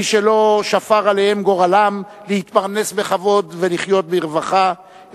מי שלא שפר עליהם גורלם להתפרנס בכבוד ולחיות ברווחה,